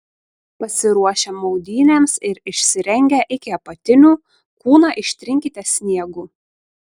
pasiruošę maudynėms ir išsirengę iki apatinių kūną ištrinkite sniegu